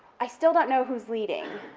i still don't know who's leading,